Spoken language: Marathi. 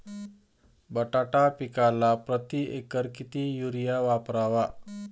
बटाटा पिकाला प्रती एकर किती युरिया वापरावा?